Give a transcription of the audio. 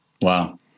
Wow